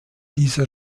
dieser